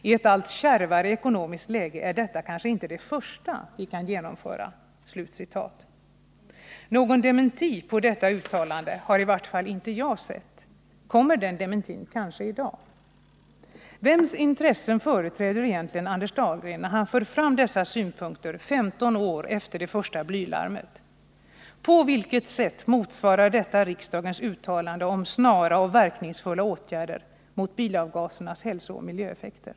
—- I ett allt kärvare ekonomiskt läge är detta kanske inte det första vi kan genomföra, säger Dahlgren.” Någon dementi på detta uttalande har i vart fall jag inte sett. Kommer den dementin kanske i dag? Vems intressen företräder egentligen Anders Dahlgren när han för fram dessa synpunkter 15 år efter det första blylarmet? På vilket sätt motsvarar detta riksdagens uttalande om ”snara och verkningsfulla åtgärder mot bilavgasernas hälsooch miljöeffekter”?